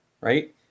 right